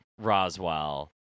Roswell